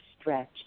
stretch